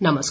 नमस्कार